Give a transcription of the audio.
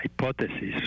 hypothesis